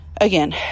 again